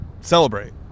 celebrate